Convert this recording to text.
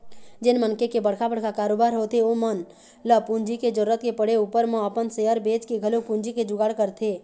जेन मनखे के बड़का बड़का कारोबार होथे ओमन ल पूंजी के जरुरत के पड़े ऊपर म अपन सेयर बेंचके घलोक पूंजी के जुगाड़ करथे